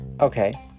Okay